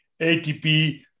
ATP